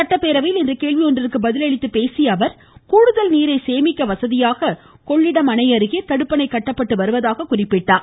சட்டப்பேரவையில் இன்று கேள்வி ஒன்றுக்கு பதில் அளித்து பேசிய அவர் கூடுதல் நீரை சேமிக்க வசதியாக கொள்ளிடம் அணை அருகே தடுப்பணை கட்டப்பட்டு வருவதாக கூறினார்